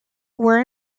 were